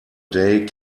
day